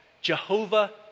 Jehovah